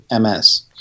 MS